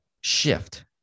shift